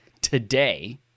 today